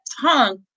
tongue